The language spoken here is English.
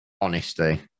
honesty